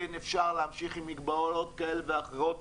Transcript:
כן אפשר להמשיך עם מגבלות כאלה ואחרות.